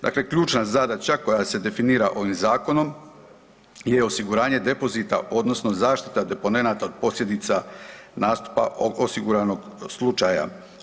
Dakle ključna zadaća koja se definira ovim zakonom je osiguranje depozita odnosno zaštita deponenata od posljedica nastupa osiguranog slučaja.